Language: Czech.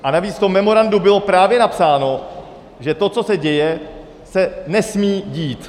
A navíc v tom memorandu bylo právě napsáno, že to, co se děje, se nesmí dít.